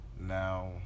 Now